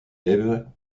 eve